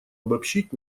обобщить